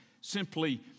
simply